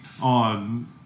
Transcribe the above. on